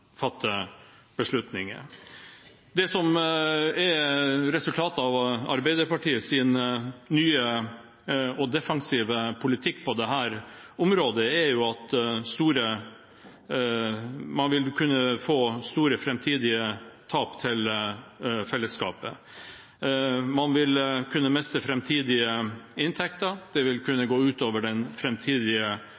beslutninger. Resultatene av Arbeiderpartiets nye og defensive politikk på dette området er at man vil kunne få store framtidige tap for fellesskapet. Man vil kunne miste framtidige inntekter. Det vil kunne